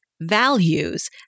values